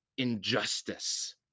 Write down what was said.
injustice